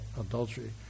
adultery